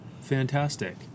fantastic